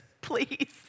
please